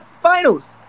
finals